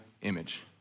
image